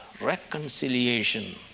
Reconciliation